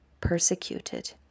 persecuted